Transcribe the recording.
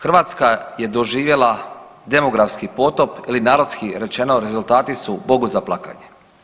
Hrvatska je doživjela demografski potop ili narodski rečeno rezultati su Bogu za plakanje.